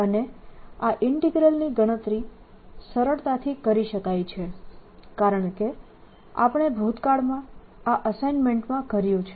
અને આ ઇન્ટીગ્રલની ગણતરી સરળતાથી કરી શકાય છે કારણકે આપણે ભૂતકાળમાં આ અસાઈનમેન્ટમાં કર્યું છે